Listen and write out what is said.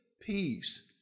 peace